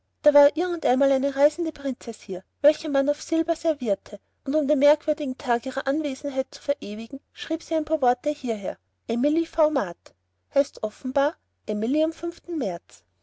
da war irgend einmal eine reisende prinzeß hier welcher man auf silber servierte und um den merkwürdigen tag ihrer anwesenheit zu verewigen schrieb sie die paar worte hieher emilie v mart heißt offenbar emilie am fünften märz